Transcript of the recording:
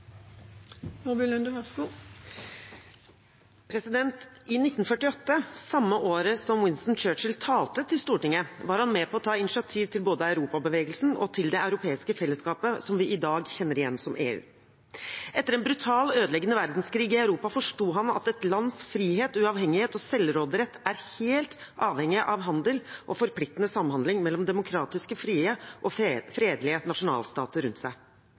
Stortinget, var han med på å ta initiativ til både Europabevegelsen og til det europeiske fellesskapet vi i dag kjenner igjen som EU. Etter en brutal, ødeleggende verdenskrig i Europa forsto han at et lands frihet, uavhengighet og selvråderett er helt avhengig av handel og forpliktende samhandling mellom demokratiske, frie og fredelige nasjonalstater rundt seg.